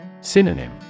Synonym